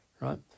right